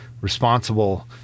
responsible